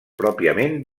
pròpiament